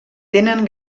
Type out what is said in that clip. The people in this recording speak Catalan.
tenen